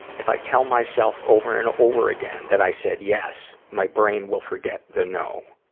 if i tell myself over and over again, that i said yes, my brain will forget the no.